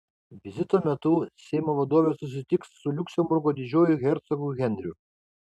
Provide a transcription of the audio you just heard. vizito metu seimo vadovė susitiks su liuksemburgo didžiuoju hercogu henriu